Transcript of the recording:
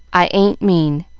i ain't mean.